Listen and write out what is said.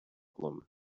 problem